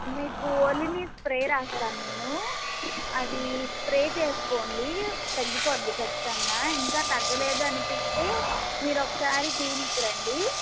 మీకు ఓలినీ స్ప్రే రాస్తాను నేను అది స్ప్రే చేసుకోండి తగ్గిపోతుంది ఖచ్చితంగా ఇంకా తగ్గలేదు అనిపిస్తే మీరొక సారి క్లినిక్కు రండి